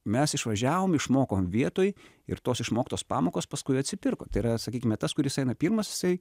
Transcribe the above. mes išvažiavom išmoko vietoj ir tos išmoktos pamokos paskui atsipirko tai yra sakykime tas kuris eina pirmas jisai